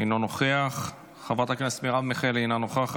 אינו נוכח, חברת הכנסת מרב מיכאלי, אינה נוכחת.